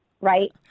right